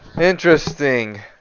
Interesting